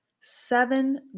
seven